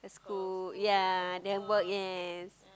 school yea then work yes